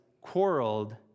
quarreled